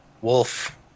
Wolf